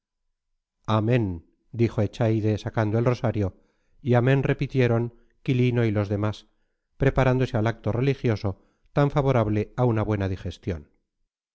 amén dijo echaide sacando el rosario y amén repitieron quilino y los demás preparándose al acto religioso tan favorable a una buena digestión